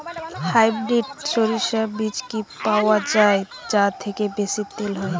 Hybrid শরিষা বীজ কি পাওয়া য়ায় যা থেকে বেশি তেল হয়?